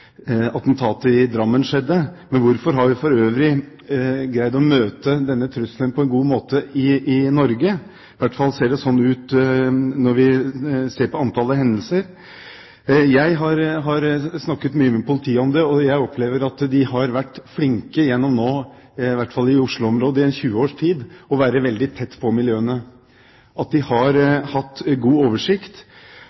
attentatet i Drammen skjedde? Hvorfor har vi for øvrig greid å møte denne trusselen på en god måte i Norge? I hvert fall ser det slik ut når vi ser på antallet hendelser. Jeg har snakket mye med politiet om det, og jeg opplever at de har vært flinke, i hvert fall i Oslo-området en 20 års tid, til å være veldig tett på miljøene. De har